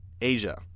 Asia